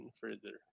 further